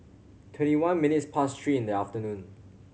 twenty one minutes past three in the afternoon